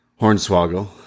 Hornswoggle